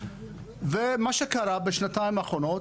ומה שקרה בשנתיים האחרונות,